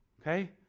okay